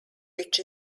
which